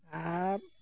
ᱟᱨ